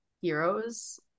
heroes